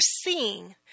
seeing